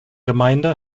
gemeinde